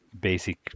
basic